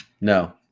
No